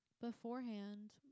beforehand